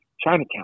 Chinatown